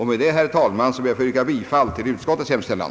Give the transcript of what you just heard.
Med detta, herr talman, ber jag att få yrka bifall till utskottets hemställan.